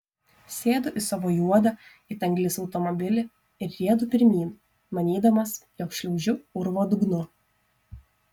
sėdu į savo juodą it anglis automobilį ir riedu pirmyn manydamas jog šliaužiu urvo dugnu